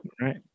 Right